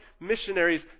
missionaries